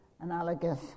analogous